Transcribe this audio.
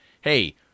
Hey